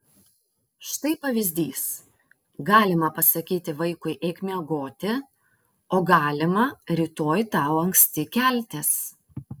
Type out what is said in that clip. štai pavyzdys galima pasakyti vaikui eik miegoti o galima rytoj tau anksti keltis